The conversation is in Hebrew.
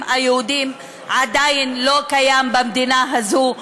היהודים עדיין לא קיים במדינה הזאת.